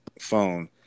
phone